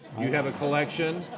you have a collection,